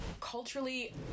culturally